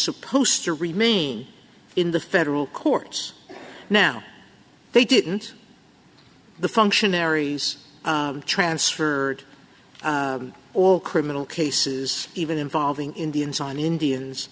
supposed to remain in the federal courts now they didn't the functionaries transferred all criminal cases even involving indians on indians